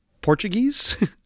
Portuguese